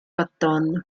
patton